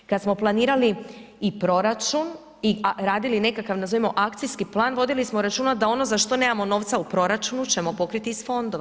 Kad smo planirali i proračun i radili nekakav nazovimo akcijski plan vodili smo računa da ono za što nemamo novca u proračunu ćemo pokriti iz fondova.